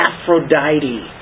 Aphrodite